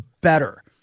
better